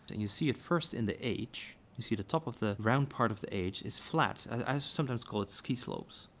and you see it first in the h. you see the top of the round part of the h is flat, i sometimes call it ski slopes.